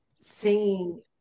seeing